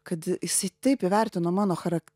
kad jis taip įvertino mano charak